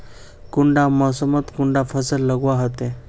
कुंडा मोसमोत कुंडा फसल लगवार होते?